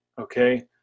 okay